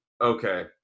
okay